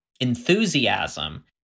enthusiasm